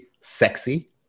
sexy